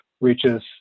reaches